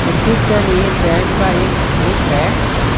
कृत्रिम चयन यह चयन का एक रूप है